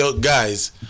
guys